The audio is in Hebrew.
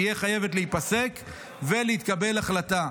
תהיה חייבת להיפסק ולהתקבל החלטה.